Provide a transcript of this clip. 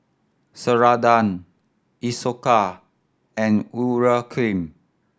Ceradan Isocal and Urea Cream